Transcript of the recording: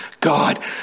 God